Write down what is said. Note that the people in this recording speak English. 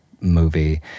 movie